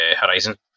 Horizon